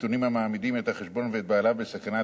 נתונים המעמידים את החשבון ואת בעליו בסכנת